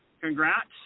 Congrats